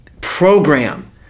program